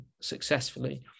successfully